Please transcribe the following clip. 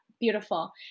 beautiful